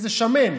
איזה שמן,